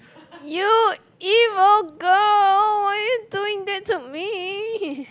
you evil girl why you doing that to me